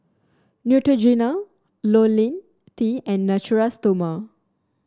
Neutrogena LoniL T and Natura Stoma